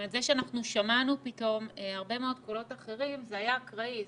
זאת אומרת זה שאנחנו שמענו פתאום הרבה מאוד קולות אחרים זה היה אקראי,